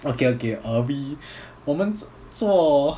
okay okay uh we 我们做